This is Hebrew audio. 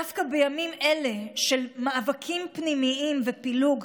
דווקא בימים אלה של מאבקים פנימיים ופילוג,